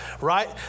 right